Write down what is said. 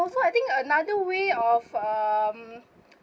also I think another way of um